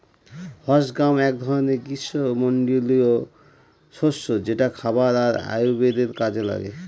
horse gram এক ধরনের গ্রীস্মমন্ডলীয় শস্য যেটা খাবার আর আয়ুর্বেদের কাজে লাগে